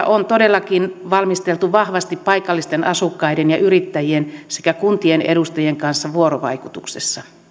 on todellakin valmisteltu vahvasti paikallisten asukkaiden ja yrittäjien sekä kuntien edustajien kanssa vuorovaikutuksessa